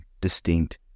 distinct